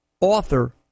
author